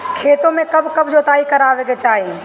खेतो में कब कब जुताई करावे के चाहि?